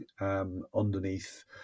underneath